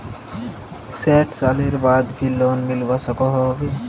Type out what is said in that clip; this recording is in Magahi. सैट सालेर बाद भी लोन मिलवा सकोहो होबे?